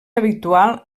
habitual